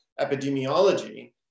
epidemiology